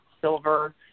silver